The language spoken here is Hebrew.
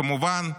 כמובן,